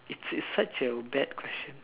it's it's such a bad question